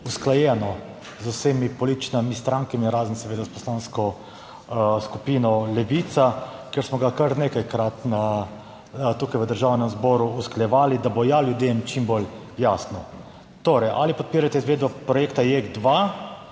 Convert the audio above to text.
usklajeno z vsemi političnimi strankami, razen seveda s Poslansko skupino Levica, ker smo ga kar nekajkrat tukaj v Državnem zboru usklajevali, da bo ja ljudem čim bolj jasno. Torej, ali podpirate izvedbo projekta JEK2,